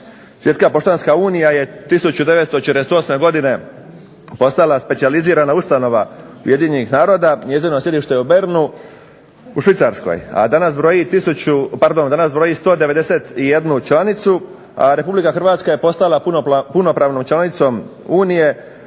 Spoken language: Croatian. Svjetska poštanska unija je 1948. godine postala specijalizirana ustanova UN-a, njezino sjedište je u Bernu u Švicarskoj, a danas broji 191 članicu, a RH je postala punopravnom članicom Unije